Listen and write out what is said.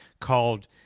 called